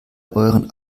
euren